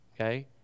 okay